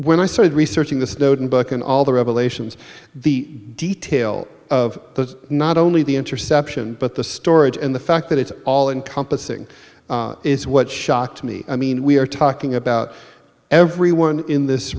when i started researching the snowden book and all the revelations the detail of the not only the interception but the storage and the fact that it's all encompassing is what shocked i mean we are talking about everyone in this